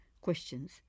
questions